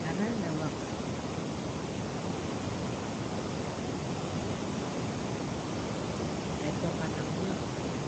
Gara na wuk etok alak liek pana